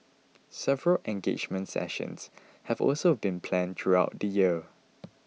several engagement sessions have also been planned throughout the year